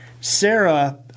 sarah